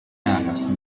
hagas